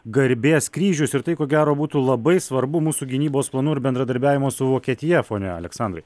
garbės kryžius ir tai ko gero būtų labai svarbu mūsų gynybos planų ir bendradarbiavimo su vokietija fone aleksandrai